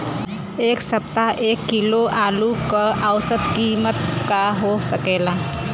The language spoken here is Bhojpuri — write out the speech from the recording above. एह सप्ताह एक किलोग्राम आलू क औसत कीमत का हो सकेला?